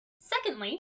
Secondly